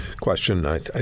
question